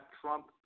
Trump